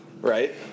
right